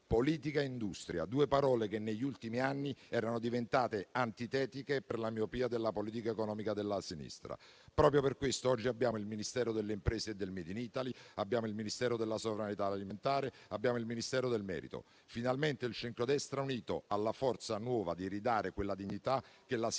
Politica e industria: due parole che negli ultimi anni erano diventate antitetiche per la miopia della politica economica della sinistra. Proprio per questo oggi abbiamo il Ministero delle imprese e del *made in Italy*, il Ministero dell'agricoltura, della sovranità alimentare e delle foreste e il Ministero dell'istruzione e del merito. Finalmente il centrodestra è unito e ha la forza nuova per ridare quella dignità che la sinistra